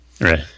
Right